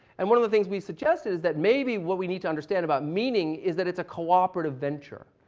and one of the things we suggested is that maybe what we need to understand about meaning is that it's a cooperative venture.